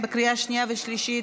לקריאה שנייה ושלישית.